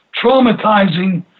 traumatizing